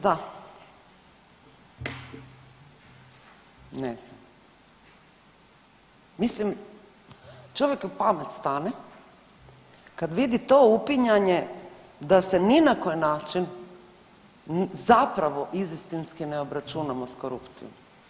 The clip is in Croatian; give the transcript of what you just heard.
Da, ne znam, mislim čovjeku pamet stane kad vidi to upinjanje da se ni na koji način zapravo izistinski ne obračunamo s korupcijom.